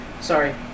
Sorry